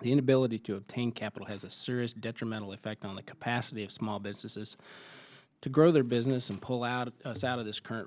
the inability to obtain capital has a serious detrimental effect on the capacity of small businesses to grow their business and pull out of out of this current